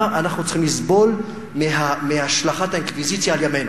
למה אנחנו צריכים לסבול מהשלכת האינקוויזיציה על ימינו?